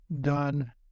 done